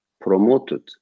promoted